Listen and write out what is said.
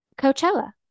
Coachella